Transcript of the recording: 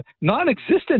non-existent